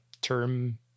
term